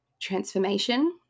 transformation